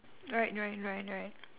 right right right right